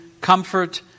comfort